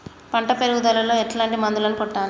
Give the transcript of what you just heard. పంట పెరుగుదలలో ఎట్లాంటి మందులను కొట్టాలి?